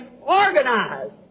organized